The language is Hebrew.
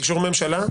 ממשלה?